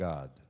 God